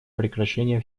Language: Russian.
прекращение